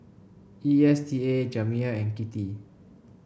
E S T A Jamir and Kittie